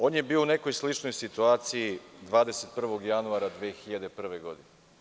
On je bio u nekoj sličnoj situaciji 21. januara 2001. godine.